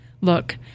Look